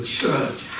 church